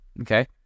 Okay